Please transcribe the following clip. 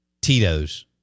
Tito's